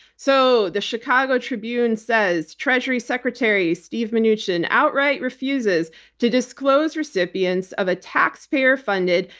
so the chicago tribune says, treasury secretary, steve mnuchin, outright refuses to disclose recipients of a taxpayer-funded,